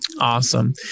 Awesome